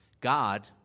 God